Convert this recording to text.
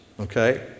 Okay